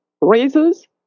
raises